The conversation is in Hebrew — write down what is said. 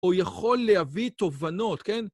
או יכול להביא תובנות, כן?